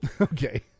Okay